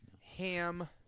ham